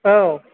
औ